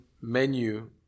menu